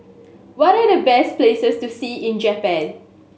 what are the best places to see in Japan